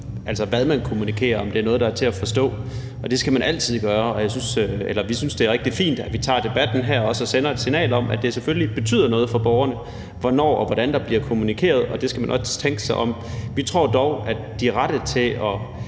også hvad man kommunikerer om, og om det er noget, der er til at forstå. Det skal man altid gøre, og vi synes, det er rigtig fint, at vi tager debatten her og sender et signal om, at det selvfølgelig betyder noget for borgerne, hvornår og hvordan der bliver kommunikeret, og at man der skal tænke sig om. Vi tror dog, at beslutningen, i